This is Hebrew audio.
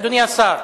אדוני השר,